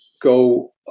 go